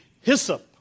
hyssop